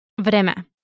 Vreme